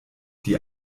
die